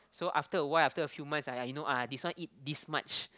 so after a while after a few months ah you know ah this one eat this much